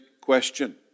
question